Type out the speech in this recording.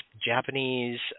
Japanese